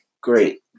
great